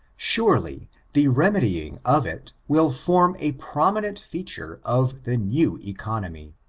surely the remedying of it will form a prominent feature of the new economy.